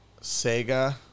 Sega